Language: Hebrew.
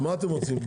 אז מה אתם רוצים?